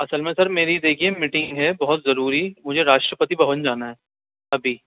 اصل میں سر میری دیکھیے میٹنگ ہے بہت ضروری مجھے راشٹرپتی بھون جانا ہے ابھی